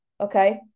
okay